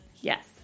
Yes